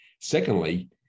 secondly